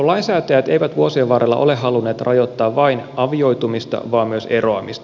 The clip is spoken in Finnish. lainsäätäjät eivät vuosien varrella ole halunneet rajoittaa vain avioitumista vaan myös eroamista